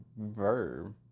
verb